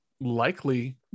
likely